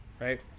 right